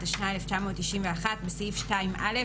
התשנ"א 1991 ,בסעיף 2א,